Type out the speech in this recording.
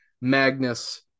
Magnus